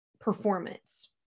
performance